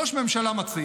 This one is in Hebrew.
ראש ממשלה מצהיר,